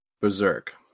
berserk